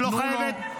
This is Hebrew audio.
מנוול.